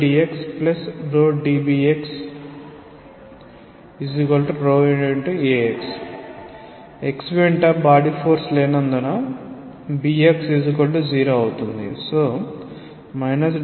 x వెంట body force లేనందున bx0అవుతుంది